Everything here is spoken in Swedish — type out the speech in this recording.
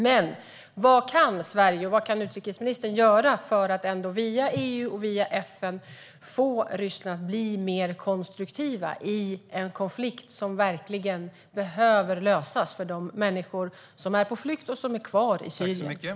Men vad kan Sverige och utrikesministern göra för att ändå via EU och via FN få Ryssland att blir mer konstruktiva i en konflikt som verkligen behöver lösas för de människor som är på flykt och som är kvar i Syrien?